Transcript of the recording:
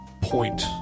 point